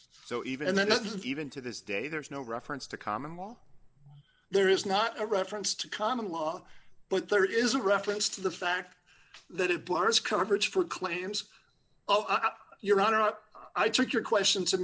isn't even to this day there is no reference to common law there is not a reference to common law but there is a reference to the fact that it blurs coverage for claims of your honor i took your question